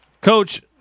Coach